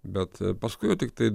bet paskui jau tiktai